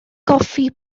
goffi